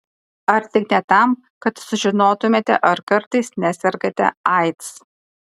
ar tik ne tam kad sužinotumėte ar kartais nesergate aids